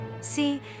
see